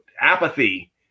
apathy